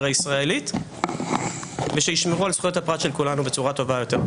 הישראלית ושישמרו על זכויות הפרט של כולנו בצורה טובה יותר.